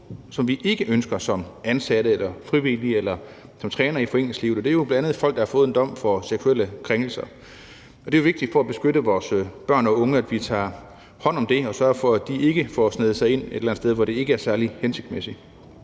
som vi ikke ønsker som ansatte eller frivillige eller som trænere i foreningslivet, og det er jo bl.a. folk, der har fået en dom for seksuelle krænkelser. Det er vigtigt for at beskytte vores børn og unge, at vi tager hånd om det og sørger for, at de ikke får sneget sig ind et eller andet sted, hvor det ikke er særlig hensigtsmæssigt.